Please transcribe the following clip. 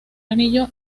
anillo